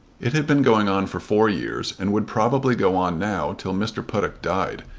it had been going on for four years, and would probably go on now till mr. puttock died.